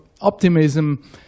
optimism